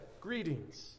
Greetings